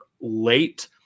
late